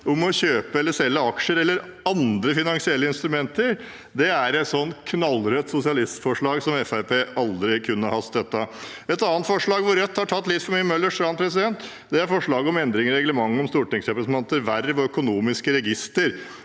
mot å kjøpe eller selge aksjer eller andre finansielle instrumenter er et knallrødt sosialistforslag som Fremskrittspartiet aldri kunne ha støttet. Et annet forslag hvor Rødt har tatt litt for mye Møllers tran, er forslaget om endringer i reglementet for stortingsrepresentantenes verv og økonomiske interesser.